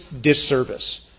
disservice